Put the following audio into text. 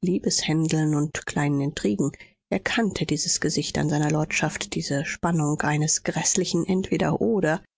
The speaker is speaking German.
liebeshändeln und kleinen intrigen er kannte dieses gesicht an seiner lordschaft diese spannung eines gräßlichen entweder oder